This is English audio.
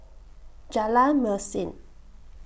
Jalan Mesin